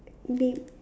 name